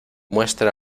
muestra